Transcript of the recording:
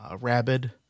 Rabid